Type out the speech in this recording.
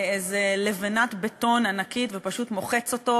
איזו לבנת בטון ענקית ופשוט מוחץ אותו